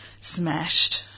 smashed